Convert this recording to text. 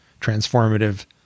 transformative